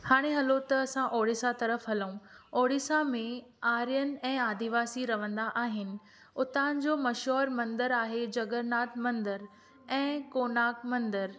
हाणे हलो त असां ओडिसा तर्फ़ु हलूं ओडिसा में आर्यनि ऐं आदिवासी रवंदा आहिनि उतां जो मशहूर मंदरु आहे जगन्नाथ मंदिर ऐं कोनार्क मंदरु